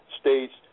States